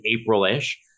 April-ish